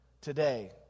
today